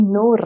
no